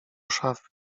szafy